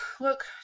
look